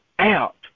out